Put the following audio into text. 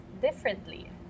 differently